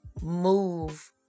move